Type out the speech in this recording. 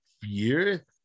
fear